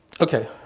Okay